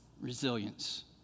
resilience